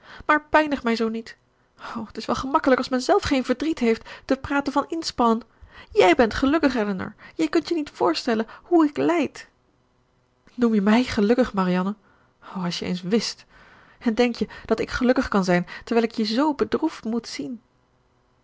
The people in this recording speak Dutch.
maar pijnig mij zoo niet o t is wel gemakkelijk als men zelf geen verdriet heeft te praten van inspannen jij bent gelukkig elinor jij kunt je niet voorstellen hoe ik lijd noem je mij gelukkig marianne o als je eens wist en denk je dat ik gelukkig kan zijn terwijl ik je z bedroefd moet zien